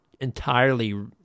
Entirely